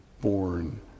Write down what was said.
born